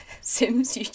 Sims